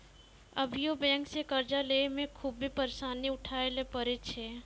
अभियो बेंक से कर्जा लेय मे खुभे परेसानी उठाय ले परै छै